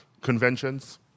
conventions